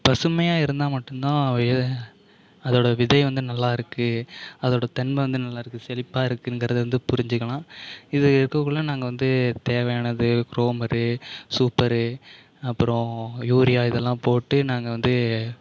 பசுமையாக இருந்தால் மட்டுந்தான் அதோட விதை வந்து நல்லா இருக்கும் அதோட தன்மை வந்து நல்லா இருக்கும் செழிப்பாக இருக்குங்கிறது வந்து புரிஞ்சுக்கலாம் இது இருக்கக்குள்ளே நாங்கள் வந்து தேவையானது குரோமர்ரு சூப்பரு அப்பறம் யூரியா இதெல்லாம் போட்டு நாங்கள் வந்து